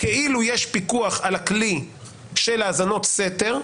כאילו יש פיקוח על הכלי של האזנות סתר,